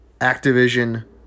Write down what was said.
Activision